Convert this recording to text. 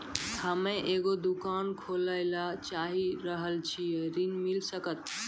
हम्मे एगो दुकान खोले ला चाही रहल छी ऋण मिल सकत?